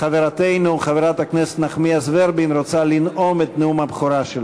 חברתנו חברת הכנסת נחמיאס ורבין רוצה לנאום את נאום הבכורה שלה.